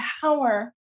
power